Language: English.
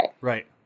Right